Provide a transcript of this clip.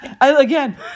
again